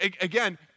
Again